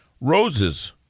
Roses